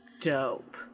Dope